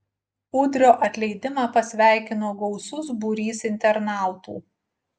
udrio atleidimą pasveikino gausus būrys internautų